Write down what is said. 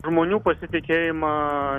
žmonių pasitikėjimą